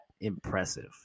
impressive